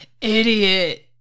Idiot